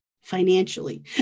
financially